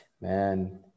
man